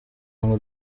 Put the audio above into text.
ngo